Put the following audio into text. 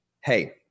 hey